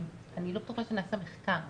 אני לא בטוחה שנעשה מחקר,